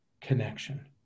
connection